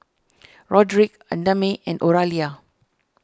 Roderic Idamae and Oralia